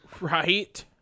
Right